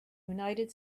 united